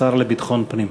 לשר לביטחון פנים.